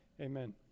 Amen